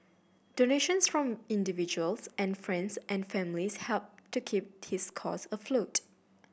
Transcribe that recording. donations from individuals and friends and family helped to keep his cause afloat